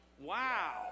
Wow